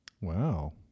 Wow